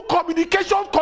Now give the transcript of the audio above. communication